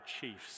chiefs